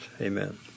Amen